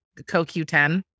CoQ10